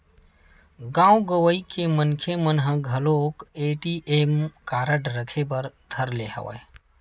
गाँव गंवई के मनखे मन ह घलोक ए.टी.एम कारड रखे बर धर ले हवय